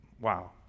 Wow